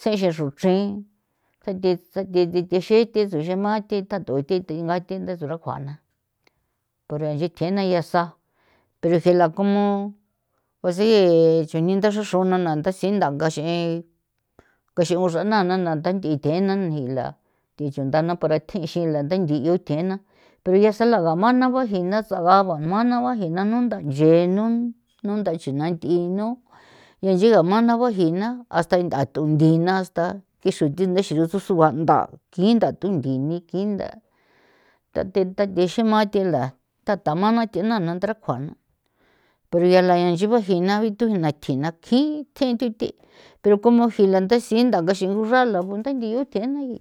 sexexru chre ja thi sathi tsithi thi tsuxema thi tha thu thinga tso ra kjuaa na pero ncha tje na ya sa peri si ela como o si chujni ndaxra xra'ue na ndaxri'intha ngaxe ko ixugu xra na na ntha nthi tje'e na nila thi chundana para tje'e xela ntha nchio tje'e na pero ya sala gamana ba jina tsaga'a ba muanaba jinanu ntha nchenu nuntha chji na nthino ya nchi gamanaba jina hasta nthatunthina hasta jixru thi nda ixi uxusua nda kji nda thu nthini kin nda thathe thathe xema tela tathamana thena'a na ndara kjua na pero yala nchi bajina tho na thi na kjin tje tho the pero como jila ntha si'i nda ngaxi'in guxrala gundanthi tenagi.